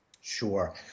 Sure